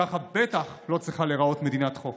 ככה בטח לא צריכה לא צריכה להיראות מדינת חוק.